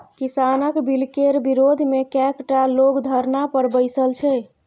किसानक बिलकेर विरोधमे कैकटा लोग धरना पर बैसल छै